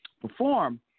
perform